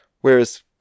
Whereas